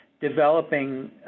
developing